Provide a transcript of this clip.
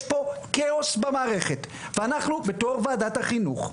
יש פה כאוס במערכת ואנחנו בתור ועדת החינוך,